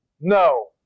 No